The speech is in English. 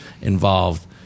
involved